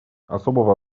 особого